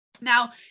Now